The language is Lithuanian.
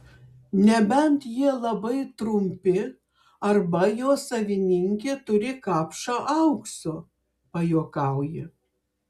nebent jie labai trumpi arba jo savininkė turi kapšą aukso pajuokauja